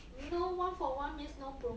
no one for one means no promotion